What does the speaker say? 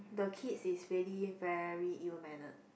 the kid is really very ill mannered